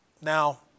Now